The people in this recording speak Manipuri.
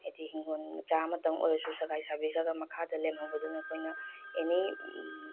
ꯍꯥꯏꯗꯤ ꯏꯪꯈꯣꯜ ꯃꯆꯥ ꯑꯃꯠꯇꯪ ꯑꯣꯏꯔꯁꯨ ꯁꯒꯥꯏ ꯁꯥꯕꯤꯔꯒ ꯃꯈꯥꯗ ꯂꯦꯝꯍꯧꯕꯗꯨꯅ ꯑꯩꯈꯣꯏꯅ ꯑꯦꯅꯤ